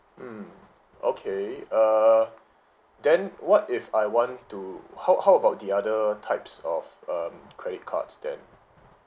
mm okay uh then what if I want to how how about the other types of um credit cards then